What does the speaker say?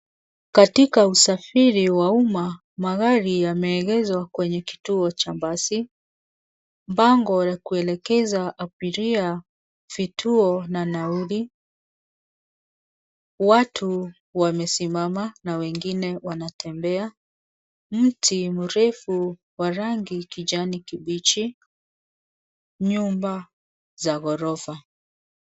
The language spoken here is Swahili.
Katika usafiri wa umma, magari yameegezwa kwenye kituo cha basi, bango la kuelekeza abiria vituo na nauli, watu wamesimama na wengine wanatembea, mti mrefu wa rangi kijani kibichi, nyumba za ghorofa.